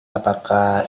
apakah